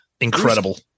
Incredible